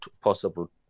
possible